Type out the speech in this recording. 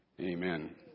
Amen